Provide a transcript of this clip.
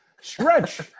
Stretch